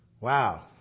Wow